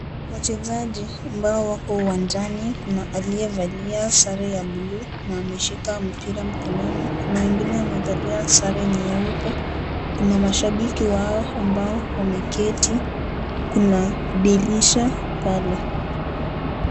Wachezaji ambao wako uwanjani kuna aliyevalia sare ya buluu na ameshika mpira mkononi, kuna wengine wamevalia sare nyeupe, kuna mashabiki wao ambao wameketi, kuna dirisha pale.